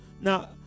Now